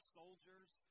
soldiers